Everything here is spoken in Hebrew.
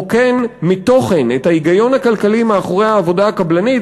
רוקן מתוכן את ההיגיון הכלכלי מאחורי העבודה הקבלנית,